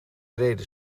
reden